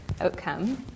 outcome